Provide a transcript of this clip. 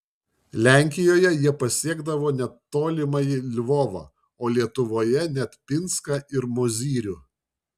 lenkijoje jie pasiekdavo net tolimąjį lvovą o lietuvoje net pinską ir mozyrių